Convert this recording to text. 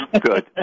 Good